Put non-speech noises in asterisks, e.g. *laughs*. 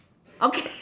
okay *laughs*